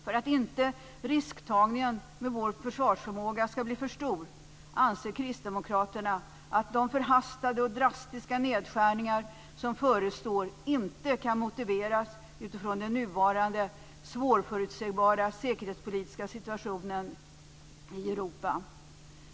För att risktagningen med vår försvarsförmåga inte ska bli för stor anser Kristdemokraterna att de förhastade och drastiska nedskärningar som förestår inte kan motiveras utifrån den nuvarande svårförutsägbara säkerhetspolitiska situationen i Europa.